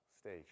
stage